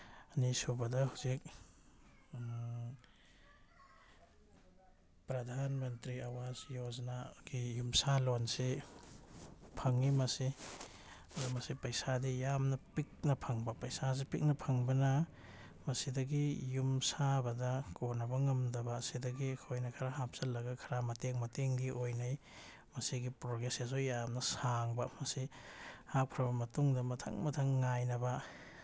ꯑꯅꯤꯁꯨꯕꯗ ꯍꯧꯖꯤꯛ ꯄ꯭ꯔꯙꯥꯟ ꯃꯟꯇ꯭ꯔꯤ ꯑꯋꯥꯖ ꯌꯣꯖꯅꯥꯒꯤ ꯌꯨꯝꯁꯥꯂꯣꯟꯁꯤ ꯐꯪꯉꯤ ꯃꯁꯤ ꯑꯗꯨ ꯃꯁꯤ ꯄꯩꯁꯥꯗꯤ ꯌꯥꯝꯅ ꯄꯤꯛꯅ ꯐꯪꯕ ꯄꯩꯁꯥꯁꯤ ꯄꯤꯛꯅ ꯐꯪꯕꯅ ꯃꯁꯤꯗꯒꯤ ꯌꯨꯝ ꯁꯥꯕꯗ ꯀꯣꯟꯅꯕ ꯉꯝꯗꯕ ꯁꯤꯗꯒꯤ ꯑꯩꯈꯣꯏꯅ ꯈꯔ ꯍꯥꯞꯆꯤꯜꯂꯒ ꯈꯔ ꯃꯇꯦꯡ ꯃꯇꯦꯡꯒꯤ ꯑꯣꯏꯅꯩ ꯃꯁꯤꯒꯤ ꯄ꯭ꯔꯣꯒ꯭ꯔꯦꯁꯁꯤꯁꯨ ꯌꯥꯝꯅ ꯁꯥꯡꯕ ꯃꯁꯤ ꯍꯥꯞꯈ꯭ꯔꯕ ꯃꯇꯨꯡꯗ ꯃꯊꯪ ꯃꯊꯪ ꯉꯥꯏꯅꯕ